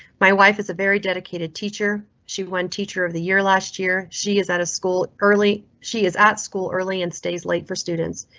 my wife is a very dedicated teacher. she went teacher of the year last year. she is out of school early. she is at school early and stays late for students.